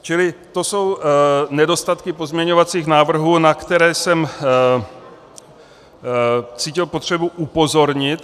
Čili to jsou nedostatky pozměňovacích návrhů, na které jsem cítil potřebu upozornit.